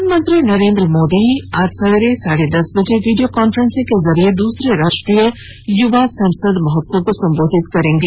प्रधानमंत्री नरेंद्र मोदी आज सवेरे साढ़े दस बजे वीडियो कांफ्रेंसिंग के जरिए दूसरे राष्ट्रीय युवा संसद महोत्सव को संबोधित करेंगे